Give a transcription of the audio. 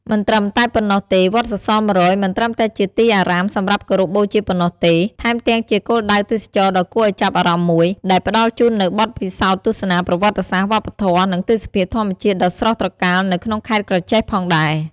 មិនត្រឹមតែប៉ុណ្ណោះទេវត្តសរសរ១០០ មិនត្រឹមតែជាទីអារាមសម្រាប់គោរពបូជាប៉ុណ្ណោះទេ ថែមទាំងជាគោលដៅទេសចរណ៍ដ៏គួរឱ្យចាប់អារម្មណ៍មួយ ដែលផ្តល់ជូននូវបទពិសោធន៍ទស្សនាប្រវត្តិសាស្ត្រ វប្បធម៌ និងទេសភាពធម្មជាតិដ៏ស្រស់ត្រកាលនៅក្នុងខេត្តក្រចេះផងដែរ ។